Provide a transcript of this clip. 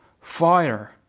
fire